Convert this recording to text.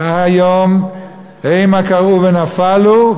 מהיום המה כרעו ונפלו,